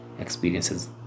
experiences